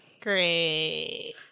Great